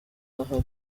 ahari